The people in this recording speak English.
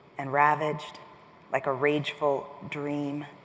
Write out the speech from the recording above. and ravaged like a rageful dream.